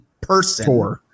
person